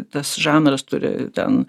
tas žanras turi ten